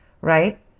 right